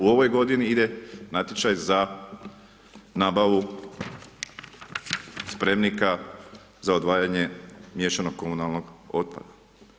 U ovoj godini ide natječaj za nabavu spremnika za odvajanje miješanog komunalnog otpada.